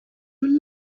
you